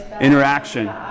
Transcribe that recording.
interaction